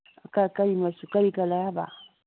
ꯀꯔꯤ ꯃꯆꯨ ꯀꯔꯤ ꯀꯂꯔ ꯍꯥꯏꯕ